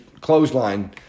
clothesline